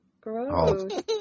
Gross